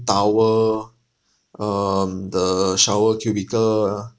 towel um the shower cubicle ah